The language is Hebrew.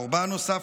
קורבן נוסף,